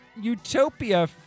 utopia